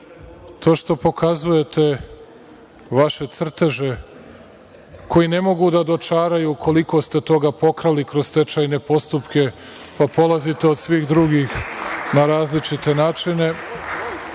to što pokazujete vaše crteže koji ne mogu da dočaraju koliko ste toga pokrali kroz stečajne postupke, pa polazite od svih drugih na različite načine,